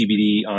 CBD